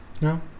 no